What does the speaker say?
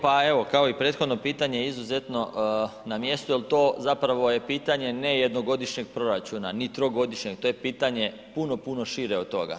Pa evo kao i prethodno pitanje izuzetno na mjestu jer to zapravo je pitanje ne jednogodišnjeg proračuna ni trogodišnjeg, to je pitanje puno, puno šire od toga.